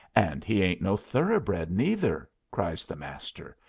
and he ain't no thoroughbred, neither! cries the master.